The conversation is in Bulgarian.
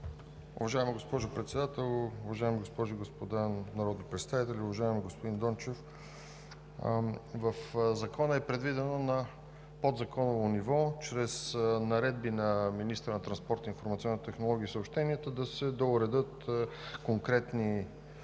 Уважаема госпожо Председател, уважаеми госпожи и господа народни представители, уважаеми господин Дончев! В Закона е предвидено на подзаконово ниво, чрез наредби на министъра на транспорта, информационните технологии и съобщенията, да се доуредят конкретни въпроси,